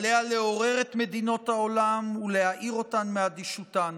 עליה לעורר את מדינות העולם ולהעיר אותן מאדישותן.